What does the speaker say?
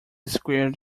squared